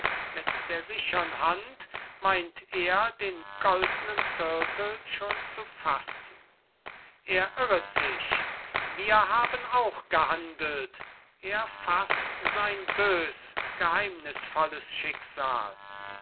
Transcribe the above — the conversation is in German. mit der sichern hand meint er den goldnen zirkel schon zu fassen er irret sich wir haben auch gehandelt er faßt sein bös geheimnisvolles schicksal